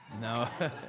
No